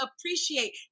appreciate